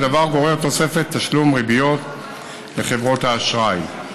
הדבר גורר תוספת תשלום ריביות לחברות האשראי.